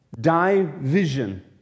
Division